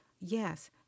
yes